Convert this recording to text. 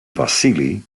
vasily